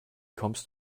kommst